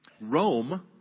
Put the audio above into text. rome